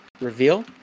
reveal